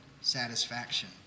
satisfaction